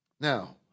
Now